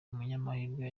umunyamahirwe